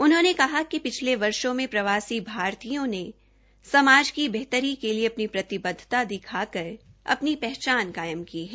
उन्होंने कहा कि पिछले वर्षो में प्रवासी भारतीयों ने समाज की बेहतरी के लिए अपनी प्रतिबद्धता दिखाकर अपनी पहचान कायम की है